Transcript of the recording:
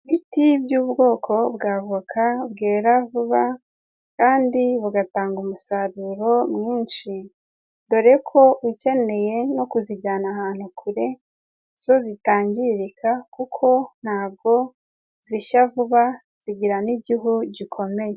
Ibiti by'ubwoko bwa avoka bwera vuba kandi bugatanga umusaruro mwinshi, dore ko ukeneye no kuzijyana ahantu kure zo zitangirika kuko ntabwo zishya vuba zigira n'igihu gikomeye.